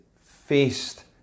faced